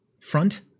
front